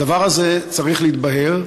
הדבר הזה צריך להתבהר,